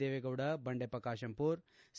Deve Gowda Bandeppa Kashempur C